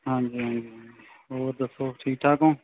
ਹਾਂਜੀ ਹਾਂਜੀ ਹੋਰ ਦੱਸੋ ਠੀਕ ਠਾਕ ਹੋ